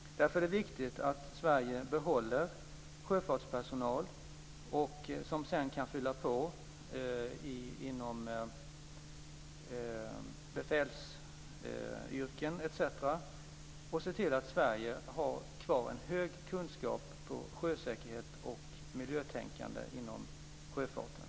Därför är det viktigt att Sverige behåller sjöfartspersonal som sedan kan fylla på inom befälsyrken osv. och att Sverige har kvar en hög kunskap om sjösäkerhet och ett högt miljötänkande inom sjöfarten.